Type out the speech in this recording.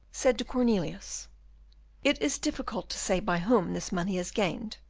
said to cornelius it is difficult to say by whom this money is gained,